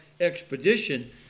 expedition